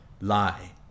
lie